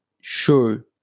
sure